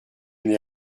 n’ai